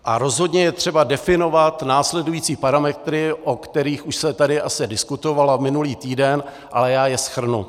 A rozhodně je třeba definovat následující parametry, o kterých už se tady asi diskutovalo minulý týden, ale já je shrnu.